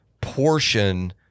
portion